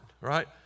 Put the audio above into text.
right